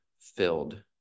filled